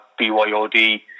BYOD